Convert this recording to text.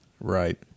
Right